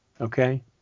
Okay